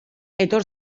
etor